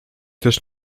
też